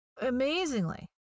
amazingly